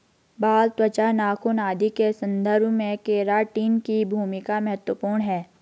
बाल, त्वचा, नाखून आदि के संवर्धन में केराटिन की भूमिका महत्त्वपूर्ण है